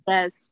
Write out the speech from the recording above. Yes